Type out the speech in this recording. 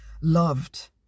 loved